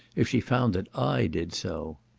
if she found that i did so.